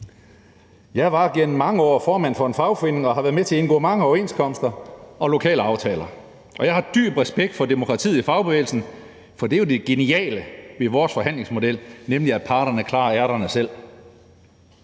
Jeg var gennem mange år formand for en fagforening og har været med til at indgå mange overenskomster og lokalaftaler, og jeg har dyb respekt for demokratiet i fagbevægelsen, for det er jo det geniale ved vores forhandlingsmodel, nemlig at parterne klarer ærterne selv.